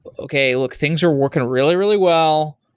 but okay, look. things are working really, really well.